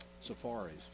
safaris